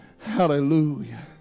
Hallelujah